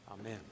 Amen